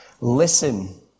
Listen